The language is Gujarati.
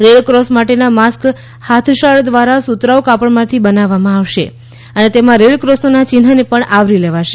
રેડ ક્રોસ માટેના માસ્ક હાથશાળ દ્વારા સુતરાઉ કાપડમાંથી બનાવવામાં આવશે અને તેમાં રેડક્રોસના ચિહ્નને પણ આવરી લેવાશે